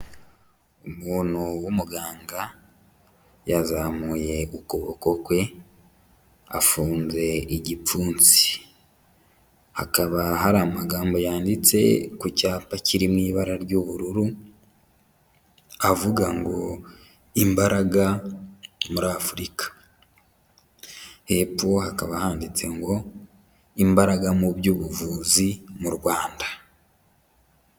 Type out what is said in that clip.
Umuntu w'umuganga, yazamuye ukuboko kwe afunze igipfunsi, hakaba hari amagambo yanditse ku cyapa kiri mu ibara ry'ubururu avuga ngo imbaraga muri Afurika, hepfo hakaba handitse ngo imbaraga mu by'ubuvuzi mu Rwanda.